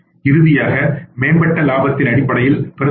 இறுதியாக மேம்பட்ட லாபத்தின் அடிப்படையில் பிரதிபலிக்கும்